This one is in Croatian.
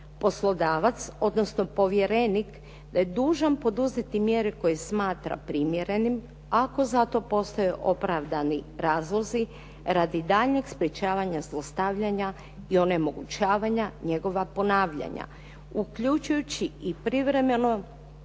poslodavac, odnosno povjerenik da je dužan poduzeti mjere koje smatra primjerenim, ako za to postoje opravdani razlozi, radi daljnjeg sprječavanja zlostavljanja i onemogućavanja njegova ponavljanja, uključujući i privremeno